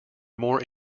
more